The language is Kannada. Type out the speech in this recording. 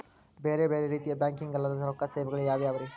ಬೇರೆ ಬೇರೆ ರೀತಿಯ ಬ್ಯಾಂಕಿಂಗ್ ಅಲ್ಲದ ರೊಕ್ಕ ಸೇವೆಗಳು ಯಾವ್ಯಾವ್ರಿ?